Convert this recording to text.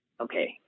Okay